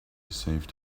saved